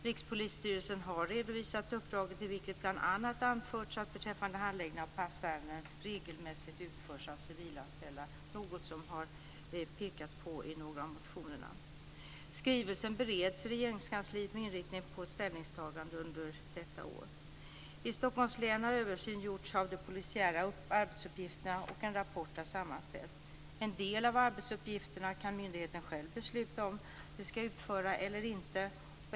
Rikspolisstyrelsen har redovisat uppdraget, i vilket bl.a. anförts att handläggning av passärenden regelmässigt utförs av civilanställda - något som har pekats på i några av motionerna. Skrivelsen bereds i Regeringskansliet med inriktning på ett ställningstagande under detta år. I Stockholms län har översyn gjorts av de polisiära arbetsuppgifterna och en rapport är sammanställd. En del av arbetsuppgifterna kan myndigheten själv besluta om ifall de ska utföra eller inte.